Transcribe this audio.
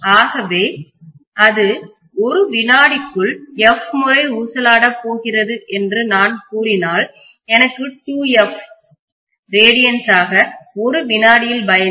ஆகவே அது 1 விநாடிக்குள் f முறை ஊசலாடப் போகிறது என்று நான் கூறினால் எனக்கு 2f ரேடியன்ஸ் ஆக 1 வினாடியில் பயணிக்கும்